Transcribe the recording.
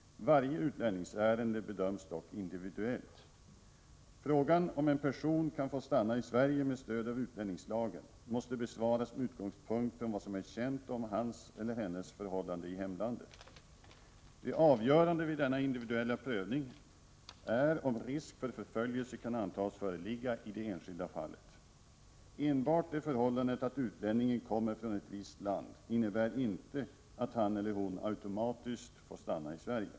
Varje utlänningsärende bedöms dock individuellt. Frågan om en person kan få stanna i Sverige med stöd av utlänningslagen måste besvaras med utgångspunkt i vad som är känt om hans eller hennes förhållanden i hemlandet. Det avgörande vid denna individuella prövning är om risk för förföljelse kan antas föreligga i det enskilda fallet. Enbart det förhållandet att utlänningen kommer från ett visst land innebär inte att han eller hon automatiskt får stanna i Sverige.